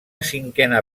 cinquena